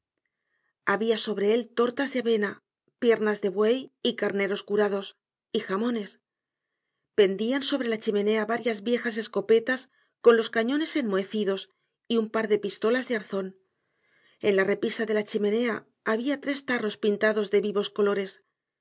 había sobre él tortas de avena piernas de buey y carneros curados y jamones pendían sobre la chimenea varias viejas escopetas con los cañones enmohecidos y un par de pistolas de arzón en la repisa de la chimenea había tres tarros pintados de vivos colores